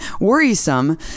worrisome